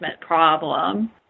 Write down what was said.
problem